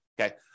okay